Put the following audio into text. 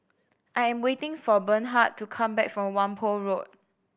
I am waiting for Bernhard to come back from Whampoa Road